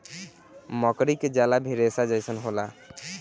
मकड़ी के जाला भी रेसा जइसन होला